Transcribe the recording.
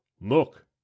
Look